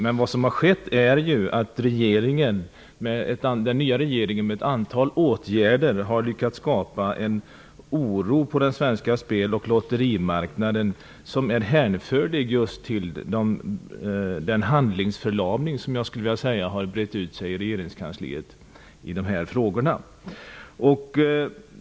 Den nya regeringen har med ett antal åtgärder lyckats skapa en oro på den svenska spel och lotterimarknaden som är hänförlig till just den handlingsförlamning som jag skulle vilja säga har brett ut sig i regeringskansliet.